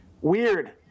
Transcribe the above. Weird